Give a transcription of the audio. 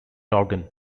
organ